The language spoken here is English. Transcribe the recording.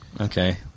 okay